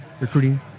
recruiting